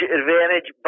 advantage